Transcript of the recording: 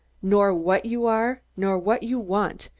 nor what you are, nor what you want,